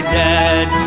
dead